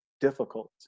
difficult